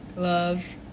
Love